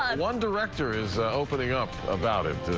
ah one director is opening up about it.